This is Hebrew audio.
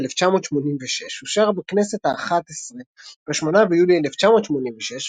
התשמ"ו-1986 אושר בכנסת האחת עשרה ב-8 ביולי 1986,